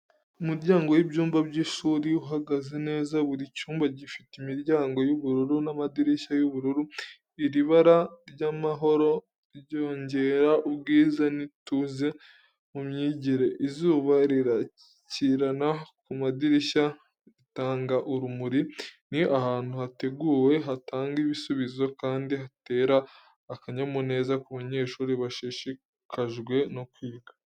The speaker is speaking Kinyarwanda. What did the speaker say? Umurongo w’ibyumba by’ishuri uhagaze neza, buri cyumba gifite imiryango y’ubururu n’amadirishya y’ubururu. Iri bara ry'amahoro ryongera ubwiza n’ituze mu myigire. Izuba rirakirana ku madirishya, ritanga urumuri. Ni ahantu hateguwe, hatanga ibisubizo, kandi hatera akanyamuneza ku banyeshuri bashishikajwe no kwiga.